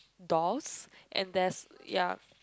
doors and there's ya